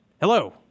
Hello